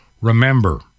Remember